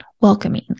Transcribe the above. welcoming